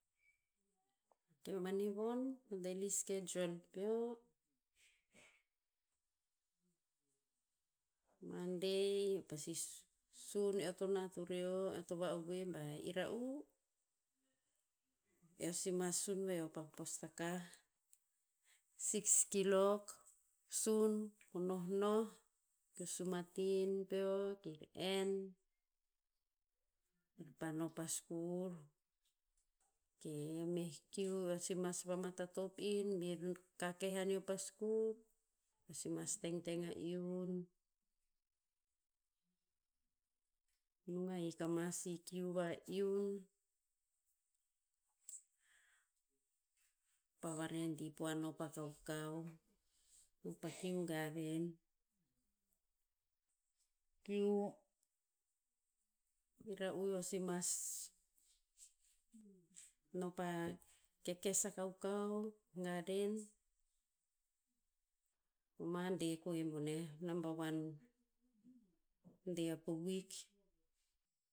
mani von daily schedual peo, monday, pasi sun eo to nat ureo eo to va'ovoe ba ira'u, eo si mas sun veho pa postakah, six kilok, sun ko nohnoh keo sumatin peo kir en, kir pa no pa skur. Ok, a meh ki eo si mas vamatatop in bir kakeh aneo pa skur, eo si mas tengteng a iun. Nung ahik ama si kiu va iun. Pa varedi po a no pa kaukau. No pa kiu garen. Kiu, ira'u eo si mas, no pa kekes a kaukau, garden. Monday koe boneh. Namba wan dei a po wik.